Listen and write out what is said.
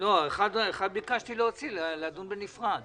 כי אחת ביקשתי להוציא ולדון בה בנפרד.